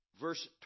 Verse